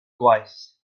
gwaith